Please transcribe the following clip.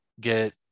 get